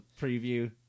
preview